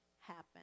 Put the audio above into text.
happen